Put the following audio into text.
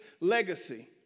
legacy